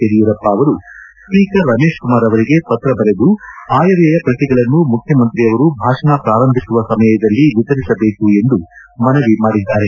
ಯಡಿಯೂರಪ್ಪ ಅವರು ಸ್ವೀಕರ್ ರಮೇಶ್ ಕುಮಾರ್ ಅವರಿಗೆ ಪತ್ರ ಬರೆದು ಆಯವ್ಯಯ ಪ್ರತಿಗಳನ್ನು ಮುಖ್ಯಮಂತ್ರಿಯವರು ಭಾಷಣ ಪ್ರಾರಂಭಿಸುವ ಸಮಯದಲ್ಲಿ ವಿತರಿಸಬೇಕು ಎಂದು ಮನವಿ ಮಾಡಿದ್ದಾರೆ